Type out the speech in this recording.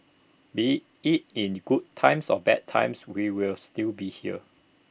be IT in good times or bad times we will still be here